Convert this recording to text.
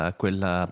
quella